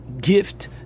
gift